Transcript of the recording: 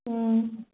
ꯎꯝ